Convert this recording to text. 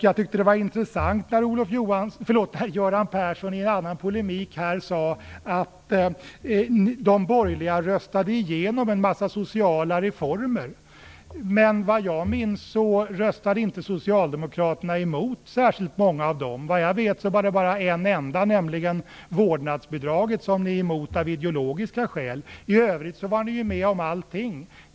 Jag tyckte det var intressant när Göran Persson i en annan polemik sade att de borgerliga röstade igenom en massa sociala reformer. Men vad jag minns röstade inte Socialdemokraterna emot särskilt många av dem. Vad jag vet var det bara en enda, nämligen vårdnadsbidraget, som de är emot av ideologiska skäl. I övrigt var ju Socialdemokraterna med om allting.